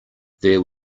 there